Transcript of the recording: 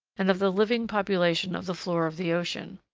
and of the living population of the floor of the ocean.